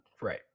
Right